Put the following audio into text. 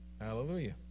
Hallelujah